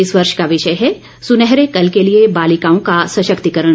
इस वर्ष का विषय है सुनहरे कल के लिए बालिकाओं का सशक्तिकरण